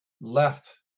left